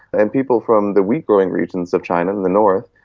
and people from the wheat growing regions of china in the north,